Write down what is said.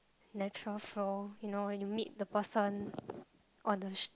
natural flow you know when you meet the person on the sh~